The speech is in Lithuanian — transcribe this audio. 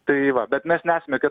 tai va bet mes nesame kad